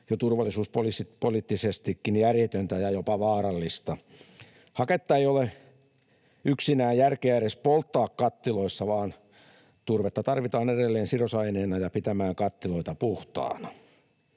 jo turvallisuuspoliittisestikin järjetöntä ja jopa vaarallista. Haketta ei ole yksinään järkeä edes polttaa kattiloissa, vaan turvetta tarvitaan edelleen sidosaineena ja pitämään kattiloita puhtaana.